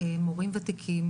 מורים וותיקים,